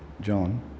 John